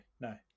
no